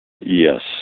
Yes